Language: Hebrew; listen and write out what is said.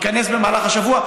ייכנס במהלך השבוע.